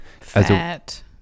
Fat